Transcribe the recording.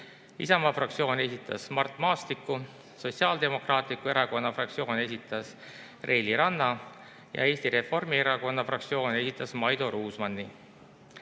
Isamaa fraktsioon esitas Mart Maastiku, Sotsiaaldemokraatliku Erakonna fraktsioon esitas Reili Ranna ja Eesti Reformierakonna fraktsioon esitas Maido Ruusmanni.